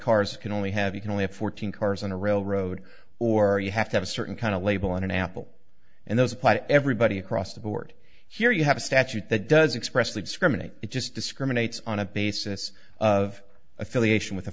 cars can only have you can only fourteen cars on a railroad or you have to have a certain kind of label on an apple and those apply to everybody across the board here you have a statute that does expressly discriminate it just discriminates on a basis of affiliation with a